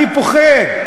אני פוחד,